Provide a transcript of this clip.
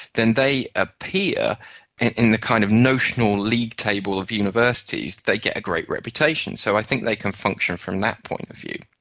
then they appear in the kind of notional league table of universities, they get a great reputation. so i think they can function from that point of view.